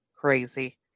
crazy